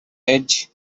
edge